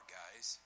guys